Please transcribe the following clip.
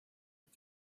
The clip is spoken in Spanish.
que